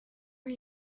are